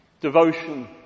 devotion